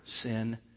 sin